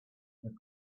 that